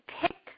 pick